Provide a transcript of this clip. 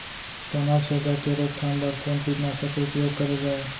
तनाछेदक के रोकथाम बर कोन कीटनाशक के उपयोग करे जाये?